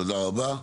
תודה רבה.